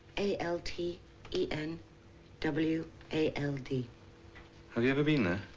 a l t e n w a l d have you ever been there?